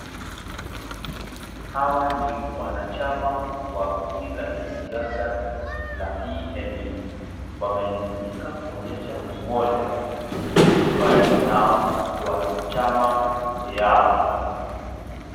Hawa ni wanachama wa kundi ya kisiasa la PNU wamejumuika kuonyesha umoja, waloyo nao kea chama yao.